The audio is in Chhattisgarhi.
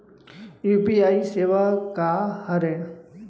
यू.पी.आई सेवा का हरे?